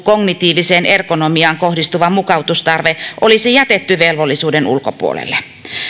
kognitiiviseen ergonomiaan kohdistuva mukautustarve olisi jätetty velvollisuuden ulkopuolelle